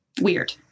weird